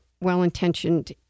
well-intentioned